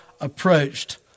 approached